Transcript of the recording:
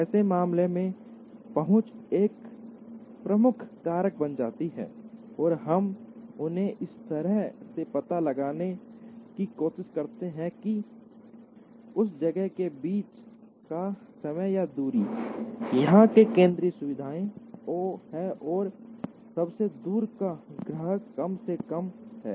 ऐसे मामलों में पहुंच एक प्रमुख कारक बन जाती है और हम उन्हें इस तरह से पता लगाने की कोशिश करते हैं कि उस जगह के बीच का समय या दूरी जहां ये केंद्रीय सुविधाएं हैं और सबसे दूर का ग्राहक कम से कम है